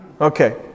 Okay